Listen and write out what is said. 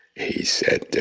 he said,